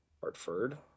Hartford